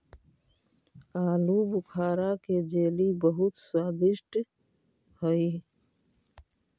आलूबुखारा के जेली बहुत स्वादिष्ट हई